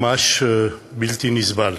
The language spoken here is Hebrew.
ממש בלתי נסבל.